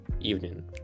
evening